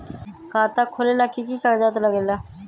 खाता खोलेला कि कि कागज़ात लगेला?